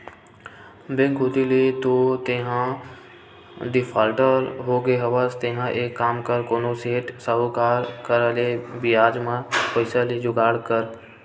bank कोती ले तो तेंहा डिफाल्टर होगे हवस तेंहा एक काम कर कोनो सेठ, साहुकार करा ले बियाज म पइसा के जुगाड़ कर